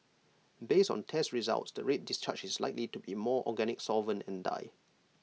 based on test results the red discharge is likely to be organic solvent and dye